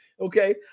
Okay